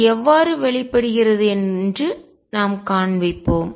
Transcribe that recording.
அது எவ்வாறு வெளிப்படுகிறது என்று நாம் காண்பிப்போம்